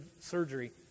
surgery